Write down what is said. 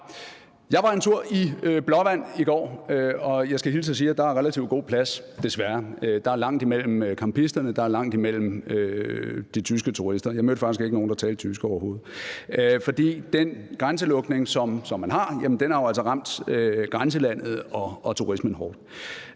Jeg var en tur i Blåvand i går, og jeg skal hilse og sige, at der desværre er relativt god plads. Der er langt imellem campisterne, der er langt imellem de tyske turister – jeg mødte faktisk overhovedet ikke nogen, der talte tysk – for den grænselukning, som man har indført, har jo altså ramt grænselandet og turismen hårdt.